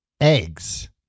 eggs